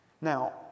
Now